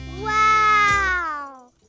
Wow